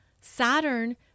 Saturn